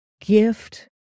gift